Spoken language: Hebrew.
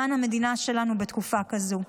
למען המדינה שלנו בתקופה כזאת.